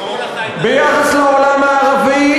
ביחס לעולם הערבי,